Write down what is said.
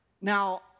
Now